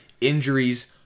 Injuries